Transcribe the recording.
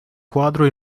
quadro